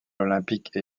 olympique